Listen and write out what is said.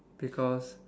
because